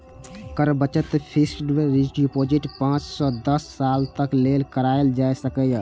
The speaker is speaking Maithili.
कर बचत फिस्क्ड डिपोजिट पांच सं दस साल तक लेल कराएल जा सकैए